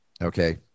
Okay